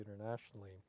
internationally